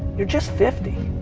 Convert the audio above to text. you're just fifty.